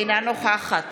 אינה נוכחת